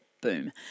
boom